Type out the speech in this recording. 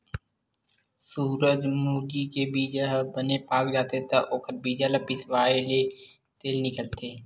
सूरजमूजी के बीजा ह बने पाक जाथे त ओखर बीजा ल पिसवाएले तेल निकलथे